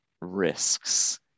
risks